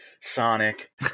Sonic